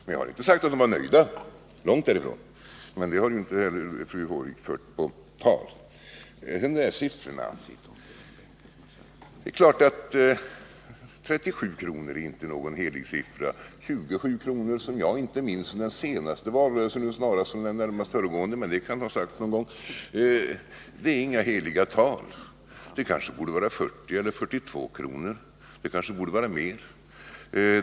Men jag har inte sagt att de var nöjda, långt därifrån. Det har inte heller fru Håvik fört på tal. Sedan till de här siffrorna. Det är klart att 37 kr. inte är något heligt. 27 kr., som jag inte minns från den senaste valrörelsen utan snarast från den närmast föregående — men det kan ha sagts någon gång — är inte heller något heligt tal. Det kanske borde vara 40 eller 42 kr., kanske mer.